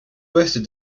ouest